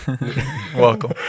Welcome